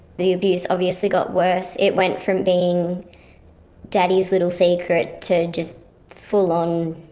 the abuse obviously got worse, it went from being daddy's little secret, to just full-on,